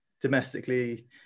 domestically